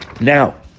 Now